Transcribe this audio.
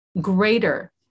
greater